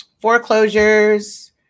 Foreclosures